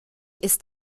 ist